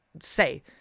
say